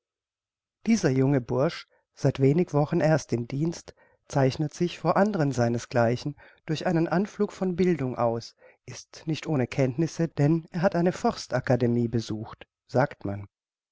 dieser junge bursch seit wenig wochen erst im dienst zeichnet sich vor andern seines gleichen durch einen anflug von bildung aus ist nicht ohne kenntnisse denn er hat eine forstacademie besucht sagt man